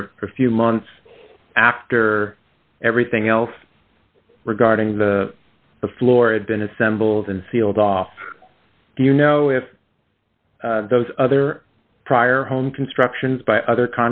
or a few months after everything else regarding the floor had been assembled and sealed off do you know if those other prior home constructions by other